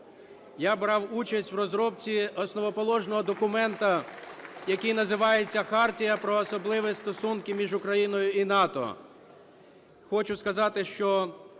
Я брав участь в розробці основоположного документу, який називається "Хартія про особливі стосунки між Україною і НАТО". Хочу сказати, що